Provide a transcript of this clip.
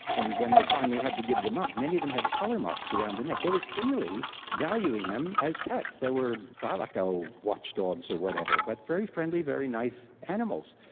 and when they finally had to give them up, many of them had collar marks around the neck, they were clearly valuing them as pets. they were thylaco-watchdogs or whatever, but very friendly, very nice animals.